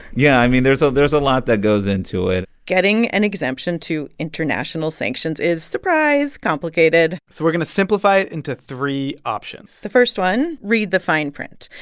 yeah. i mean, there's so there's a lot that goes into it getting an exemption to international sanctions is surprise complicated so we're going to simplify it into three options the first one read the fine print.